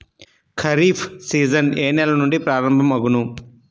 Kharif season ఏ నెల నుండి ప్రారంభం అగును?